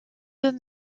deux